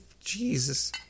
Jesus